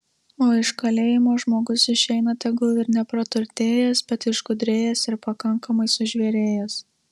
o iš kalėjimo žmogus išeina tegul ir nepraturtėjęs bet išgudrėjęs ir pakankamai sužvėrėjęs